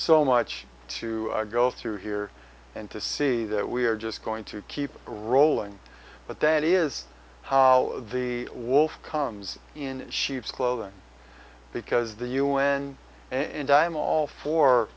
so much to go through here and to see that we are just going to keep rolling but that is how the wolf comes in sheep's clothing because the un and i'm all for